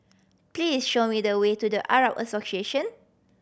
please show me the way to The Arab Association